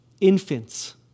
infants